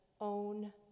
own